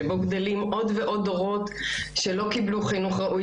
שבו גדלים עוד ועוד דורות שלא קיבלו חינוך ראוי